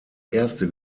erste